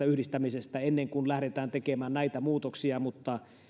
yhdistämisestä ennen kuin lähdetään tekemään näitä muutoksia mutta